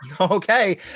Okay